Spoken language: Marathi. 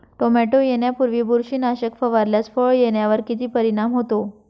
टोमॅटो येण्यापूर्वी बुरशीनाशक फवारल्यास फळ येण्यावर किती परिणाम होतो?